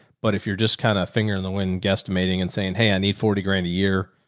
but if you're just kind of finger in the wind guesstimating and saying, hey, i need forty grand a year.